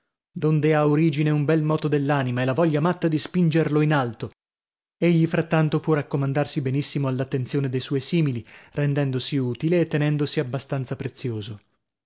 donde ha origine un bel moto dell'anima e la voglia matta di spingerlo in alto egli frattanto può raccomandarsi benissimo all'attenzione de suoi simili rendendosi utile e tenendosi abbastanza prezioso